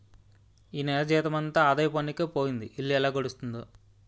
ఈ నెల జీతమంతా ఆదాయ పన్నుకే పోయింది ఇల్లు ఎలా గడుస్తుందో